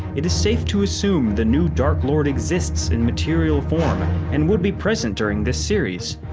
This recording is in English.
it is safe to assume the new dark lord exists in material form and would be present during this series,